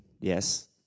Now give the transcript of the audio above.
yes